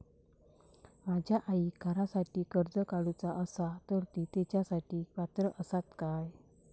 माझ्या आईक घरासाठी कर्ज काढूचा असा तर ती तेच्यासाठी पात्र असात काय?